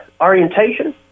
orientation